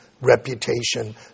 reputation